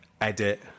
edit